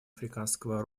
африканского